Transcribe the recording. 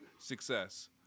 success